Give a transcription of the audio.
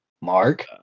Mark